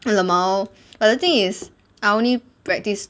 L_M_A_O but the thing is I only practice